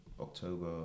October